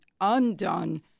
undone